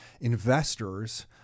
investors